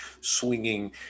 swinging